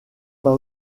pas